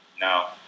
No